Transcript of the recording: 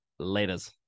Laters